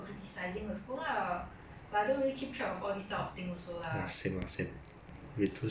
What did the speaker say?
我觉得这这次很 too much hoo-ha too toxic for me